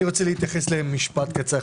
אני רוצה להתייחס במשפט קצר אחד.